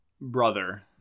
brother